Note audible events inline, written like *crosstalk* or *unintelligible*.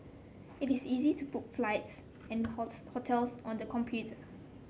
it is easy to book flights and *unintelligible* hotels on the computer